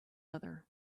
other